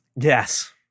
Yes